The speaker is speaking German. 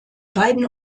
beiden